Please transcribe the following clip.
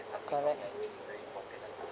correct